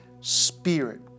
Spirit